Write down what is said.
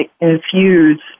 infuse